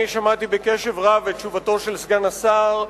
אני שמעתי בקשב רב את תשובתו של סגן השר,